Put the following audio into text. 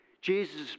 Jesus